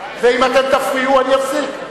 ואם אתם תפריעו אני אפסיק.